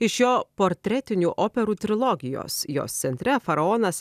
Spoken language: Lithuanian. iš jo portretinių operų trilogijos jos centre faraonas